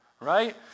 right